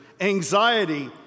anxiety